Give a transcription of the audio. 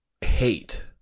hate